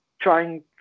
trying